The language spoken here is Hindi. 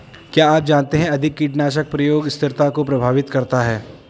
क्या आप जानते है अधिक कीटनाशक प्रयोग स्थिरता को प्रभावित करता है?